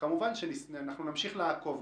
כמובן שנמשיך לעקוב,